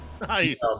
Nice